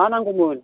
मा नांगौमोन